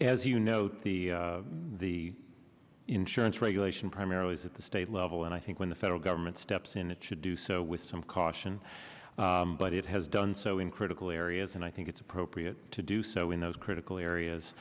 as you note the the insurance regulation primarily that the state level and i think when the federal government steps in it should do so with some caution but it has done so in critical areas and i think it's appropriate to do so in those critical areas